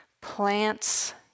plants